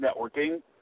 networking